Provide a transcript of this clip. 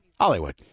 Hollywood